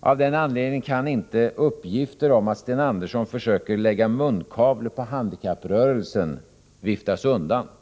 Av den anledningen kan inte uppgifter om att Sten Andersson försöker lägga munkavle på handikapprörelsen viftas undan.